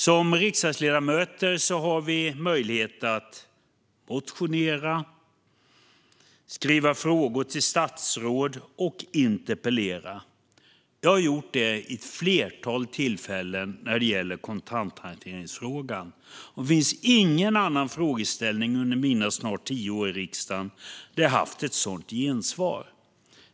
Som riksdagsledamöter har vi möjlighet att motionera, skriva frågor till statsråd och interpellera. Jag har gjort det vid ett flertal tillfällen när det gäller kontanthanteringsfrågan. Det finns ingen annan frågeställning där jag under mina snart tio år i riksdagen har fått ett sådant gensvar.